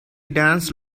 danced